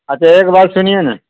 اچھا ایک بات سنیے نا